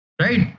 Right